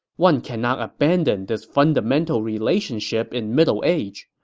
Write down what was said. one cannot abandon this fundamental relationship in middle age.